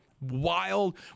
wild